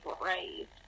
brave